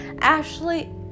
Ashley